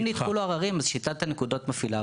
אם נדחו לו עררים, שיטת הנקודות פועלת.